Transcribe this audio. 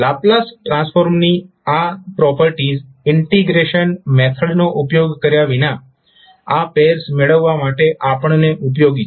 Laplace ટ્રાન્સફોર્મની આ properties integration method નો ઉપયોગ કર્યા વિના આ પૈર્સ મેળવવા માટે આપણને ઉપયોગી છે